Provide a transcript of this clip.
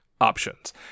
options